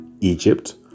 Egypt